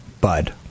Bud